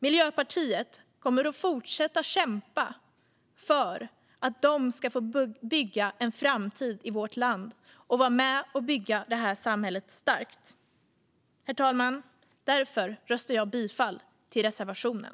Miljöpartiet kommer att fortsätta kämpa för att de ska få bygga en framtid i vårt land och vara med och bygga det här samhället starkt. Herr talman! Därför yrkar jag bifall till reservationen.